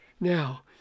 Now